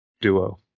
duo